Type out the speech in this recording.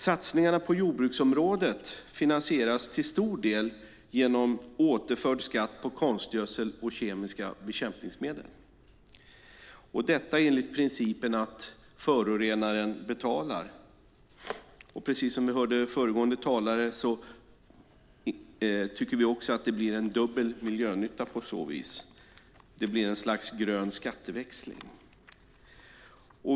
Satsningarna på jordbruksområdet finansieras till stor del genom återinförd skatt på konstgödsel och kemiska bekämpningsmedel. Detta sker enligt principen att förorenaren betalar. Precis som föregående talare sade blir det på så vis en dubbel miljönytta. Det blir ett slags grön skatteväxling.